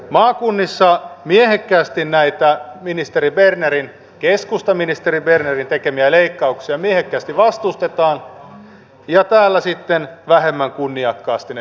maakunnissa näitä ministeri bernerin keskustaministeri bernerin tekemiä leikkauksia miehekkäästi vastustetaan ja täällä sitten vähemmän kunniakkaasti ne hyväksytään